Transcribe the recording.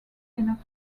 enough